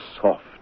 soft